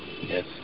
Yes